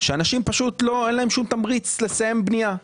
לאנשים פשוט אין שום תמריץ לסיים בנייה.